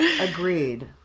agreed